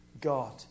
God